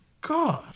God